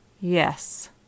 Yes